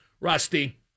Rusty